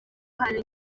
hari